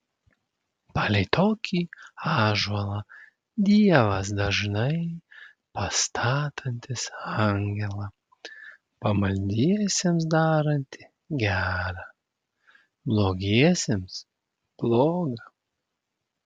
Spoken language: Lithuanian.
palei tokį ąžuolą dievas dažnai pastatantis angelą pamaldiesiems darantį gera blogiesiems bloga